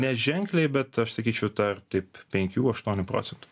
neženkliai bet aš sakyčiau tarp taip penkių aštuonių procentų